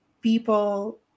people